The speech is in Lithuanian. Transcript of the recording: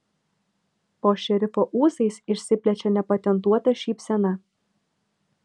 po šerifo ūsais išsiplečia nepatentuota šypsena